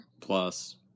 Plus